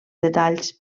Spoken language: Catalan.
detalls